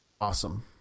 Awesome